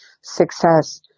success